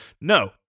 No